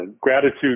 gratitude